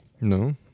No